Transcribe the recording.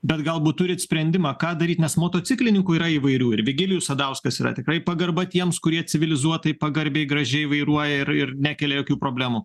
bet galbūt turit sprendimą ką daryt nes motociklininkų yra įvairių ir vigilijus sadauskas yra tikrai pagarba tiems kurie civilizuotai pagarbiai gražiai vairuoja ir ir nekelia jokių problemų